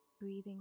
breathing